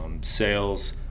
sales